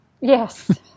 Yes